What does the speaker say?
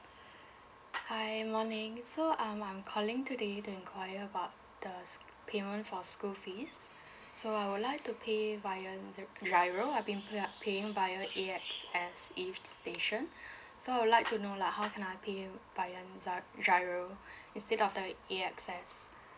hi morning so um I'm calling today to enquire about the sc~ payment for school fees so I would like to pay via n~ the giro I've been putting up paying via A_X_S E station so I would like to know lah how can I pay via n~ zi~ giro instead of the A_X_S